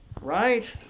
right